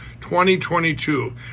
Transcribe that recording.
2022